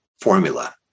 formula